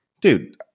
dude